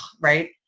right